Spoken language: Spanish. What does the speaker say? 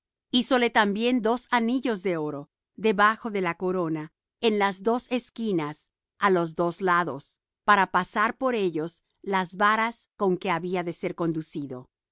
alrededor hízole también dos anillos de oro debajo de la corona en las dos esquinas á los dos lados para pasar por ellos las varas con que había de ser conducido e